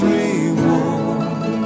reward